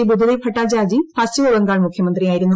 ബുദ്ധദേബ് ഭട്ടാചാർജി പശ്ചിമബംഗാൾ മുഖ്യമന്ത്രി ആയിരുന്നു